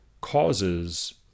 causes